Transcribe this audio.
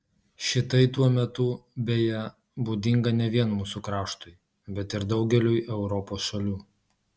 šitai tuo metu beje būdinga ne vien mūsų kraštui bet ir daugeliui europos šalių